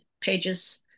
pages